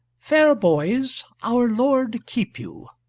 fair boys, our lord keep you!